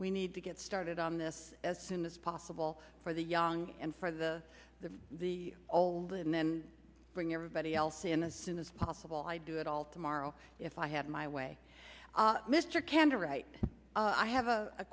we need to get started on this as soon as possible for the young and for the the the old and then bring everybody else in a soon as possible i'd do it all tomorrow if i had my way mr candor right i have a